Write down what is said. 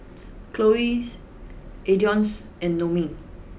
Chloie Adonis and Noemie